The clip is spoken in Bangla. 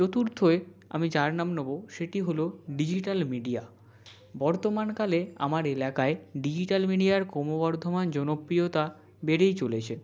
চতুর্থই আমি যার নাম নোবো সেটি হলো ডিজিটাল মিডিয়া বর্তমানকালে আমার এলাকায় ডিজিটাল মিডিয়ার ক্রমবর্ধমান জনপ্রিয়তা বেড়েই চলেছে